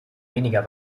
weniger